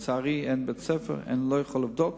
לצערי, אין בית-ספר ואני לא יכול לבדוק,